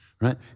right